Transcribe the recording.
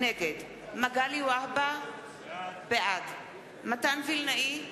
נגד מגלי והבה, בעד מתן וילנאי,